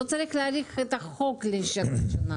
לא צריך להאריך את החוק בשנה.